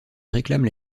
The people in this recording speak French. réclament